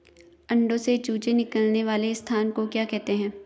अंडों से चूजे निकलने वाले स्थान को क्या कहते हैं?